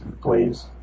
please